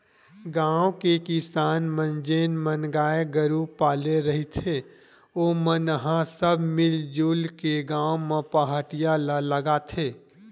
गाँव के किसान मन जेन मन गाय गरु पाले रहिथे ओमन ह सब मिलजुल के गाँव म पहाटिया ल लगाथे